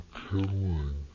killing